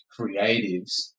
creatives